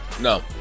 No